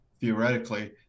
theoretically